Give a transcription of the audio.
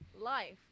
life